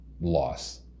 loss